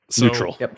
Neutral